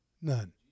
None